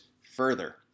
further